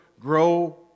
grow